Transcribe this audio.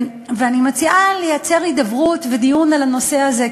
אני מציעה לייצר הידברות ודיון על הנושא הזה,